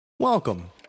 Welcome